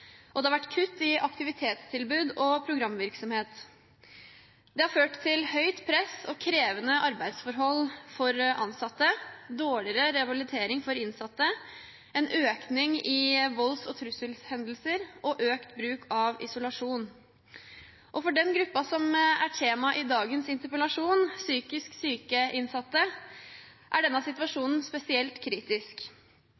og det har vært kutt i aktivitetstilbud og programvirksomhet. Det har ført til stort press og krevende arbeidsforhold for ansatte, dårligere rehabilitering for innsatte, en økning i volds- og trusselhendelser og økt bruk av isolasjon. For den gruppen som er tema i dagens interpellasjon, psykisk syke innsatte, er denne